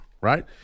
right